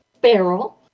barrel